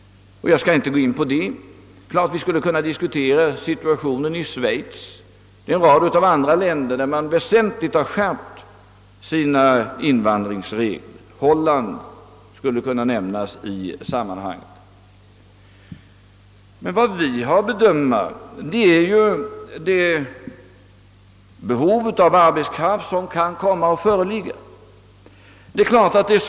Jag skall inte gå närmare in på det. Men annars kunde vi ju diskutera situationen i Schweiz och en rad andra länder, där man har skärpt sina invand ringsbestämmelser ganska väsentligt. Holland kan också nämnas i sammanhanget. Vad vi här har att bedöma är behovet av arbetskraft framöver, och det är svårt att mäta.